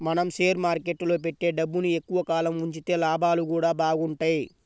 మనం షేర్ మార్కెట్టులో పెట్టే డబ్బుని ఎక్కువ కాలం ఉంచితే లాభాలు గూడా బాగుంటయ్